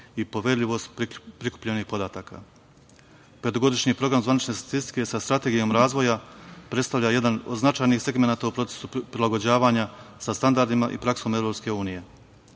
i poverljivost prikupljenih podataka. Petogodišnji Program zvanične statistike sa Strategijom razvoja predstavlja jedan od značajnih segmenata u procesu prilagođavanja sa standardima i praksom EU.Programom se